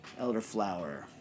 Elderflower